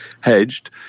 hedged